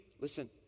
Listen